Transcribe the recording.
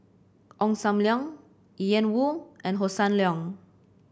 Ong Sam Leong Ian Woo and Hossan Leong